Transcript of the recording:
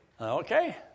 Okay